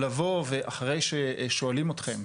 לבוא אחרי ששואלים אתכם,